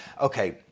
Okay